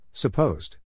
Supposed